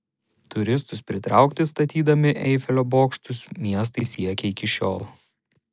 turistus pritraukti statydami eifelio bokštus miestai siekia iki šiol